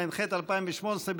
התשע"ח 2018,